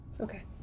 Okay